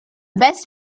best